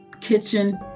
kitchen